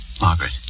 Margaret